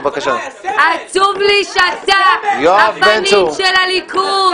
עצוב לי שאתה הפנים של הליכוד.